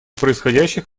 происходящих